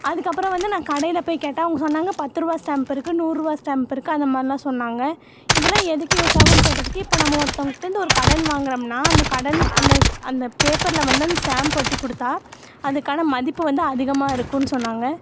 அதுக்கப்புறம் வந்து நான் கடையில் போய் கேட்டேன் அவங்க சொன்னாங்கள் பத்து ருபா ஸ்டாம்ப் இருக்குது நூறுபா ஸ்டாம்ப் இருக்குது அந்த மாதிரிலாம் சொன்னாங்கள் இதெல்லாம் எதுக்கு யூஸ் ஆகும்னு கேட்டதுக்கு இப்போ நம்ம ஒருத்தவங்கக்கிட்ட இருந்து ஒரு கடன் வாங்குறோம்னால் அந்த கடன்க்கு அந்த ஸ் அந்த பேப்பரில் வந்து அந்த ஸ்டாம்ப் ஒட்டி கொடுத்தா அதுக்கான மதிப்பு வந்து அதிகமாக இருக்கும்னு சொன்னாங்கள்